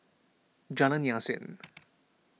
Jalan Yasin